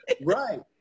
right